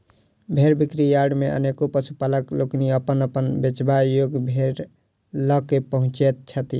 भेंड़ बिक्री यार्ड मे अनेको पशुपालक लोकनि अपन अपन बेचबा योग्य भेंड़ ल क पहुँचैत छथि